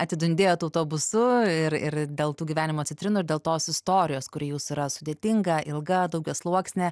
atidundėjot autobusu ir ir dėl tų gyvenimo citrinų ir dėl tos istorijos kuri jūsų yra sudėtinga ilga daugiasluoksnė